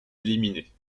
éliminés